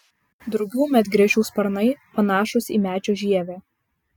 drugių medgręžių sparnai panašūs į medžio žievę